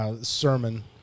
sermon